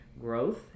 growth